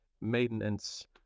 maintenance